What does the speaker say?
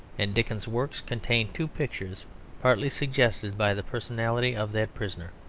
and dickens's works contain two pictures partly suggested by the personality of that prisoner.